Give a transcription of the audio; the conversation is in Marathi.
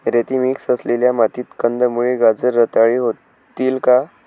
रेती मिक्स असलेल्या मातीत कंदमुळे, गाजर रताळी होतील का?